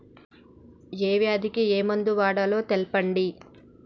ఏ వ్యాధి కి ఏ మందు వాడాలో తెల్పండి?